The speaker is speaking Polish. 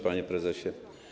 Panie Prezesie!